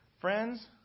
friends